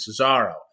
Cesaro